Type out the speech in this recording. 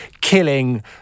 killing